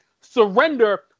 surrender